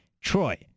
Troy